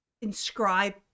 inscribe